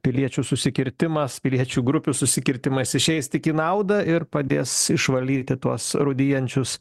piliečių susikirtimas piliečių grupių susikirtimas išeis tik į naudą ir padės išvalyti tuos rūdijančius